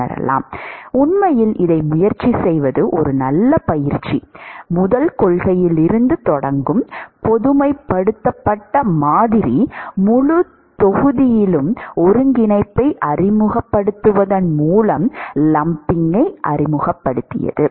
உண்மையில் இதை முயற்சி செய்வது ஒரு நல்ல பயிற்சி முதல் கொள்கையில் இருந்து தொடங்கும் பொதுமைப்படுத்தப்பட்ட மாதிரி முழு தொகுதியிலும் ஒருங்கிணைப்பை அறிமுகப்படுத்துவதன் மூலம் லம்பிங்கை அறிமுகப்படுத்தியது